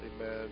amen